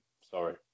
Sorry